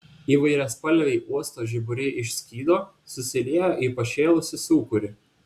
įvairiaspalviai uosto žiburiai išskydo susiliejo į pašėlusį sūkurį